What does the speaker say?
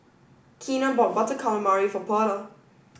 Keena bought Butter Calamari for Pearla